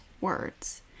words